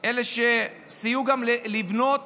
אלה שסייעו גם לבנות